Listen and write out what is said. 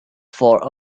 for